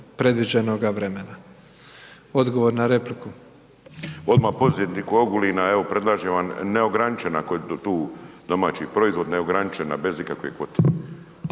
predviđenoga vremena. Odgovor na repliku. **Bulj, Miro (MOST)** Ovom poduzetniku u Ogulinu evo predlažem vam neograničen ako je tu domaći proizvod, neograničena bez ikakve kvote.